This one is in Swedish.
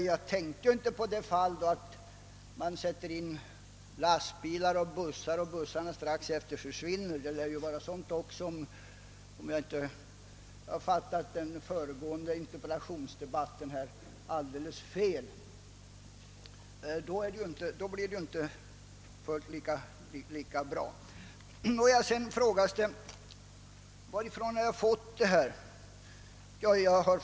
Jag tänkte inte på de fall då man sätter in lastbilsoch busstrafik och busstrafiken strax därefter upphör. Det lär hända sådant också, om jag inte har förstått den föregående interpellationsdebatten alldeles fel. I det fallet blir resultatet inte fullt lika bra. Sedan frågas det varifrån jag fått dessa uppgifter.